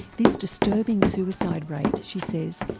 this disturbing suicide rate, she says,